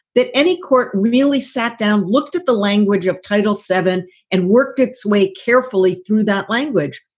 that any court really sat down, looked at the language of title seven and worked its way carefully through that language.